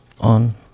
on